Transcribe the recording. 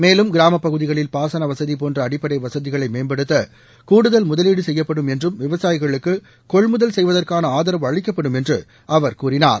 மேலும் கிராமப்பகுதிகளில் பாசன வசதி போன்ற அடிப்படை வசதிகளை மேம்படுத்த கூடுதல் முதலீடு செய்யப்படும் என்றும் விவசாயிகளுக்கு கொள்முதல் செய்வதற்கான ஆதரவு அளிக்கப்படும் என்று அவர் கூறினார்